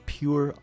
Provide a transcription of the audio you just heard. pure